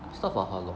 stop for how long